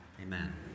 Amen